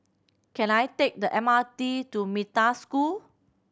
can I take the M R T to Metta School